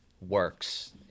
works